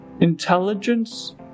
Intelligence